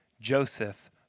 Joseph